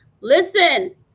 listen